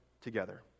together